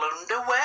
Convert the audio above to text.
underwear